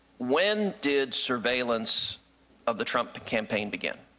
when did surveillance of the trump campaign begin?